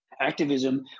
Activism